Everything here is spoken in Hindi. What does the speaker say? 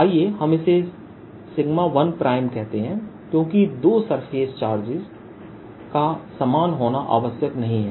आइए हम इसे 1प्राइम कहते हैं क्योंकि दो सरफेस चार्जेस का समान होना आवश्यक नहीं है